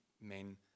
men